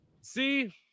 See